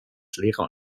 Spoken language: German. lehrer